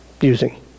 using